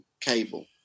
cable